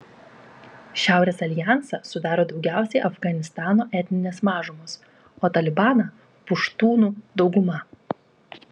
šiaurės aljansą sudaro daugiausiai afganistano etninės mažumos o talibaną puštūnų dauguma